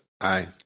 Aye